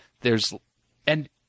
there's—and